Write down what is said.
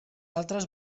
altres